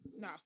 No